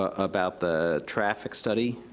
ah about the traffic study.